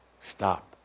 stop